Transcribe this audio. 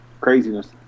craziness